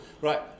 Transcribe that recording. Right